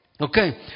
Okay